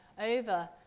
over